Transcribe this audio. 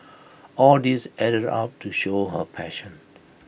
all these added up to show her passion